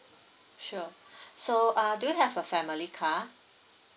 sure so uh do you have a family car